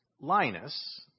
Linus